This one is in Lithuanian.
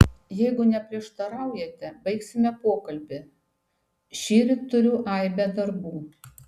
jeigu neprieštaraujate baigsime pokalbį šįryt turiu aibę darbų